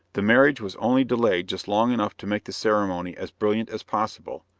the marriage was only delayed just long enough to make the ceremony as brilliant as possible,